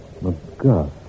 McGuff